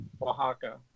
Oaxaca